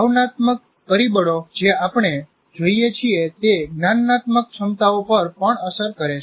ભાવનાત્મક પરિબળો જે આપણે જોઈએ છીએ તે જ્ઞાનનાત્મક ક્ષમતાઓ પર પણ અસર કરશે